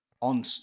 on